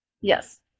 Yes